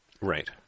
right